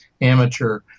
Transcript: amateur